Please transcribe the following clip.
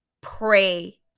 pray